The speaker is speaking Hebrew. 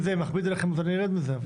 אם זה מכביד עליכם אז אני ארד מזה.